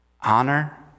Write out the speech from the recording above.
honor